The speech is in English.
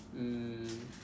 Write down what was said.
um